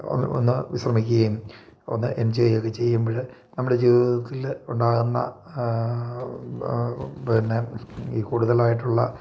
ഒന്ന് വിശ്രമിക്കുകയും ഒന്ന് എൻജോയ് ഒക്കെ ചെയ്യുമ്പോൾ നമ്മുടെ ജീവിതത്തിൽ ഉണ്ടാകുന്ന പിന്നെ ഈ കൂടുതലായിട്ടുള്ള